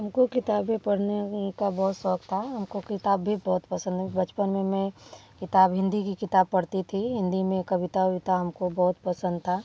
हमको किताबें पढ़ने का बहुत शौक था हमको किताब भी बहुत पसंद है बचपन में मैं किताब हिंदी की किताब पढ़ती थी हिंदी में कविता अविता हमको बहुत पसंद था